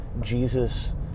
Jesus